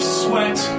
sweat